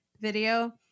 video